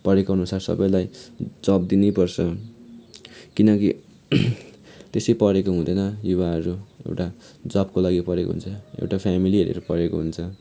पढेकोअनुसार सबैलाई जब दिनैपर्छ किन कि त्यसै पढेको हुँदैन युवाहरू एउटा जबको लागि पढेको हुन्छ एउटा फ्यामिली हेरेर पढेको हुन्छ